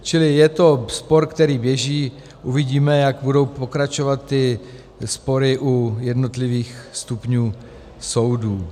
Čili je to spor, který běží, uvidíme, jak budou pokračovat spory u jednotlivých stupňů soudů.